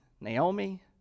Naomi